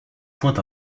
point